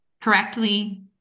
correctly